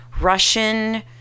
Russian